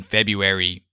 February